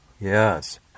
yes